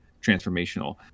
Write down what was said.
transformational